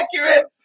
accurate